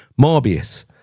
Morbius